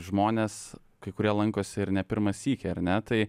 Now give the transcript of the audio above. žmonės kai kurie lankosi ir ne pirmą sykį ar ne tai